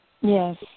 Yes